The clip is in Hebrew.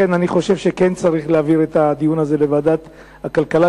לכן אני חושב שכן צריך להעביר את הדיון הזה לוועדת הכלכלה,